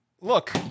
Look